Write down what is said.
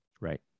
right